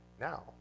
now